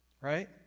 Right